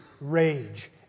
rage